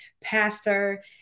pastor